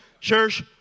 Church